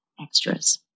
extras